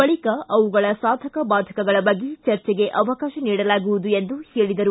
ಬಳಿಕ ಅವುಗಳ ಸಾಧಕ ಬಾಧಕಗಳ ಬಗ್ಗೆ ಚರ್ಚೆಗೆ ಅವಕಾಶ ನೀಡಲಾಗುವುದು ಎಂದು ಹೇಳಿದರು